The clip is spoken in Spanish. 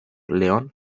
león